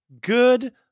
Good